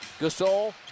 Gasol